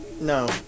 No